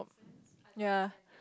ya